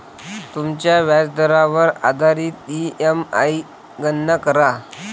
तुमच्या व्याजदरावर आधारित ई.एम.आई गणना करा